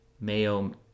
Mayo